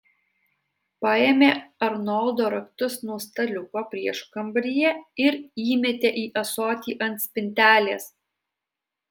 paėmė arnoldo raktus nuo staliuko prieškambaryje ir įmetė į ąsotį ant spintelės